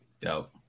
Dope